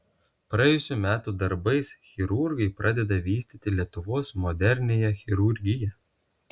praėjusių metų darbais chirurgai pradeda vystyti lietuvos moderniąją chirurgiją